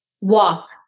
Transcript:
walk